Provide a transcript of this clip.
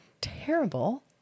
terrible